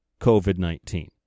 COVID-19